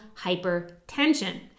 Hypertension